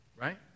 right